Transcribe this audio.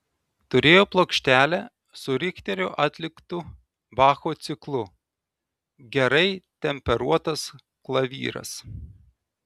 turėjo plokštelę su richterio atliktu bacho ciklu gerai temperuotas klavyras